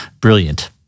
brilliant